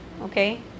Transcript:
okay